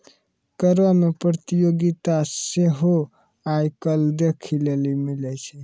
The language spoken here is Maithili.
करो मे प्रतियोगिता सेहो आइ काल्हि देखै लेली मिलै छै